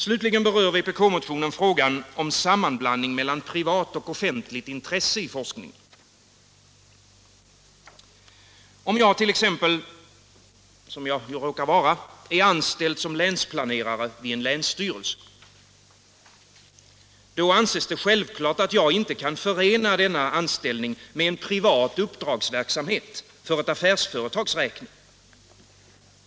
Slutligen berör vpk-motionen frågan om sammanblandning mellan privat och offentligt intresse i forskningen. Om jag, som jag ju råkar vara, är anställd som länsplanerare vid en länsstyrelse, anses det självklart att jag inte kan förena denna anställning med privat uppdragsverksamhet för ett affärsföretags räkning.